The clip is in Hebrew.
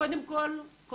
קודם כל אני